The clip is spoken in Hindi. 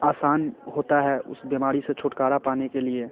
आसान होता है उस बीमारी से छुटकारा पाने के लिए